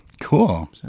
Cool